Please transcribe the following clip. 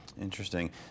Interesting